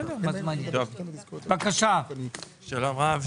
שלום רב,